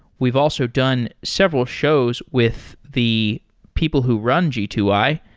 we've also done several shows with the people who run g two i,